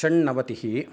षन्नवतिः